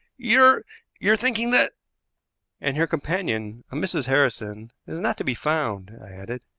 you're you're thinking that and her companion, a mrs. harrison, is not to be found, i added.